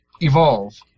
Evolve